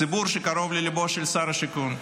הציבור שקרוב לליבו של שר השיכון.